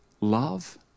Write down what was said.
love